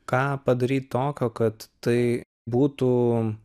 ką padaryt tokio kad tai būtų